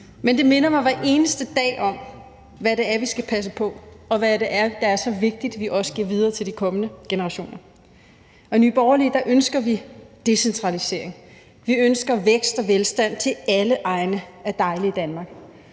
Men det minder mig hver eneste dag om, hvad det er, vi skal passe på, og hvad det er, der er så vigtigt vi også giver videre til de kommende generationer. I Nye Borgerlige ønsker vi decentralisering. Vi ønsker vækst og velstand til alle egne af dejlige Danmark.